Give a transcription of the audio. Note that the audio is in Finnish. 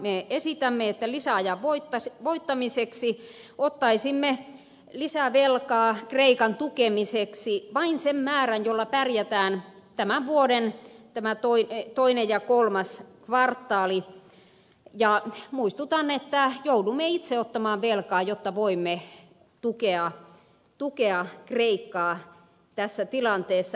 me esitämme että lisäajan voittamiseksi ottaisimme lisävelkaa kreikan tukemiseksi vain sen määrän jolla pärjätään tämän vuoden tämä toinen ja kolmas kvartaali ja muistutan että joudumme itse ottamaan velkaa jotta voimme tukea kreikkaa tässä tilanteessa